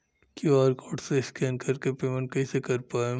QR code से scan कर के पेमेंट कइसे कर पाएम?